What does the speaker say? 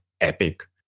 epic